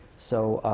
so